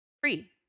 free